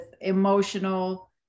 emotional